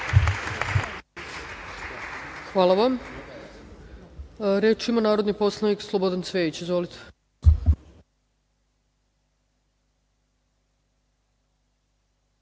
Hvala vam. Reč ima narodni poslanik Slobodan Cvejić. Izvolite.